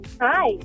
Hi